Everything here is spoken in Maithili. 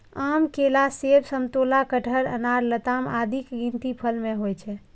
आम, केला, सेब, समतोला, कटहर, अनार, लताम आदिक गिनती फल मे होइ छै